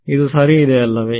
ಇದು ಸರಿ ಇದೆ ಅಲ್ಲವೇ